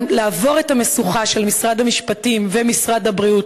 לעבור את המשוכה של משרד המשפטים ומשרד הבריאות,